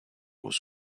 was